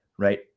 Right